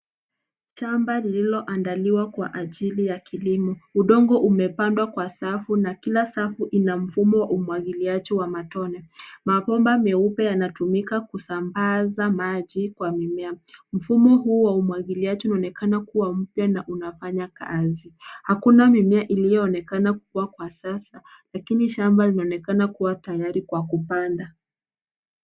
Shamba lililoandaliwa kwa ajili ya kilimo. Udongo umepandwa kwa safu na kila safu ina mfumo umwagiliaji wa matone. Mabomba meupe yanatumika kusambaza maji kwa mimea. Mfumo huu wa umwagiliaji unaonekana kuwa mpya na unafanya kazi. Hakuna mimea iliyoonekana kukua kwa sasa lakini shamba linaonekana kuwa tayari kwa kupanda.